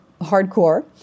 hardcore